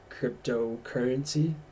cryptocurrency